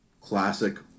classic